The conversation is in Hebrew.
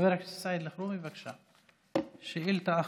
חבר הכנסת סעיד אלחרומי, בבקשה, שאילתה אחרונה.